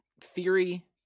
Theory